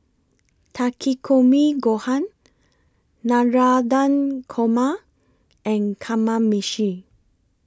Takikomi Gohan Navratan Korma and Kamameshi